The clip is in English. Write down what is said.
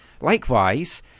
likewise